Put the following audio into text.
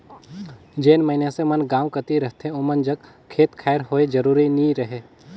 जेन मइनसे मन गाँव कती रहथें ओमन जग खेत खाएर होए जरूरी नी रहें